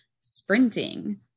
sprinting